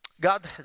God